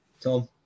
Tom